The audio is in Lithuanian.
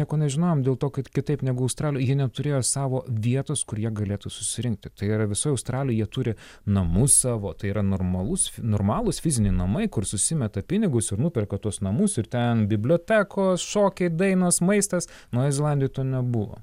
nieko nežinojom dėl to kad kitaip negu australijoj jie neturėjo savo vietos kur jie galėtų susirinkti tai yra visoj australijoj jie turi namus savo tai yra normalus normalūs fiziniai namai kur susimeta pinigus ir nuperka tuos namus ir ten bibliotekos šokiai dainos maistas naujojoj zelandijoj to nebuvo